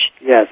Yes